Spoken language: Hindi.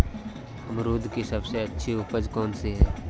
अमरूद की सबसे अच्छी उपज कौन सी है?